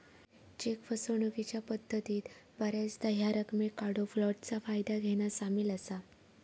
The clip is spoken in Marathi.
चेक फसवणूकीच्या पद्धतीत बऱ्याचदा ह्या रकमेक काढूक फ्लोटचा फायदा घेना सामील असा